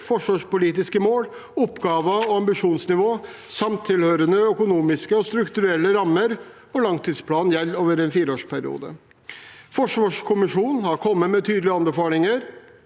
forsvarspolitiske mål, oppgaver og ambisjonsnivå samt tilhørende økonomiske og strukturelle rammer, og langtidsplanen gjelder over en fireårsperiode. Forsvarskommisjonen har kommet med tydelige anbefalinger.